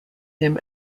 him